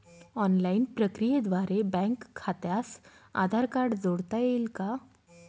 Online प्रक्रियेद्वारे bank खात्यास Aadhaar card जोडता येईल का?